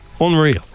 unreal